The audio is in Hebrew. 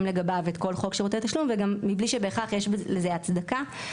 לגביו את חוק שירותי תשלום ומבלי שבכלל יש לזה הצדקה.